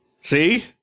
See